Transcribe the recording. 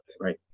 Right